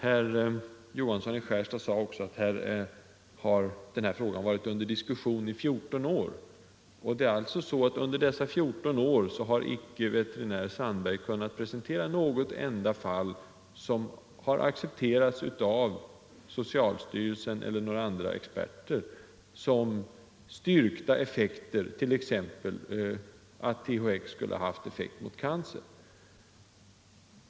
Herr Johansson i Skärstad sade att den här frågan har varit under diskussion i 14 år, och det är alltså så att under dessa 14 år har icke veterinär Sandberg i något enda fall kunnat presentera styrkta effekter t.ex. att THX skulle ha haft effekt mot cancer — som har accepterats av socialstyrelsen eller några andra experter.